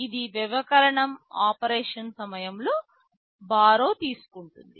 ఇది వ్యవకలనం ఆపరేషన్ సమయంలో బారొ తీసుకుంటుంది